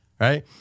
Right